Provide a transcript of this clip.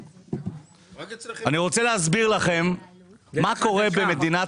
אני רוצה להסביר לכם מה קורה במדינת